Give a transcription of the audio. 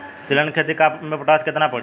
तिलहन के खेती मे पोटास कितना पड़ी?